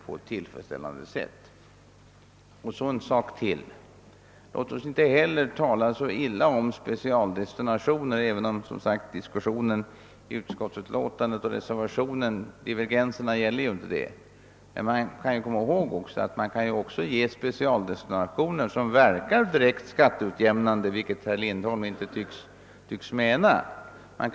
Så ytterligare en sak: Låt oss inte tala illa om specialdestination, även om divergenserna mellan utskottsmajoriteten och reservanterna som sagt inte gäller den saken. Specialdestinationer kan verka direkt skatteutjämnande, även om herr Lindholm inte tycks mena det.